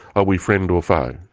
are we friend or foe?